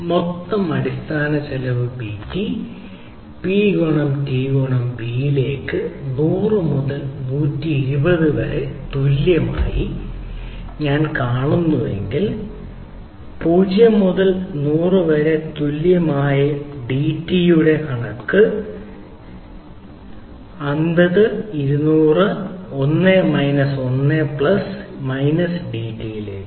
മൊത്തം അടിസ്ഥാന ചെലവ് BT P ഗുണം t ഗുണം B യിലേക്ക് 100 മുതൽ 120 വരെ തുല്യമായി ഞാൻ കാണുന്നുവെങ്കിൽ 0 മുതൽ 100 വരെ തുല്യമായ ടി യുടെ മൊത്തം ക്ലൌഡ് വില ടി യുടെ സി ഡി 0 മുതൽ 100 വരെ ഇന്റഗ്രലിന് തുല്യമായ ഡിടി 200 50 1 മൈനസ് 1 പ്ലസ് മൈനസ് ഇത് ഡിടിയിലേക്ക്